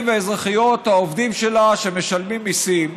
והאזרחיות העובדים שלה שמשלמים מיסים.